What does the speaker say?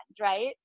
right